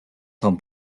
том